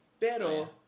pero